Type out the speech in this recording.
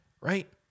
Right